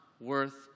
worth